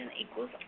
equals